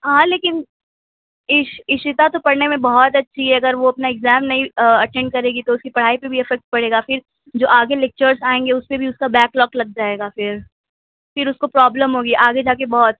ہاں لیکن اشیتا تو پڑھنے میں بہت اچھی ہے اگر وہ اپنا ایگزام نہیں اٹینڈ کرے گی تو اُس کی پڑھائی پہ بھی افیکٹ پڑے گا پھر جو آ گے لیکچرس آئیں گے اُس پہ بھی اُس کا بیک لاگ لگ جائے گا پھر پھر اُس کو پرابلم ہوگی آگے جا کے بہت